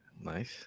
nice